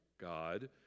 God